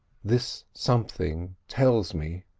this something tells me,